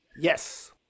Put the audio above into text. Yes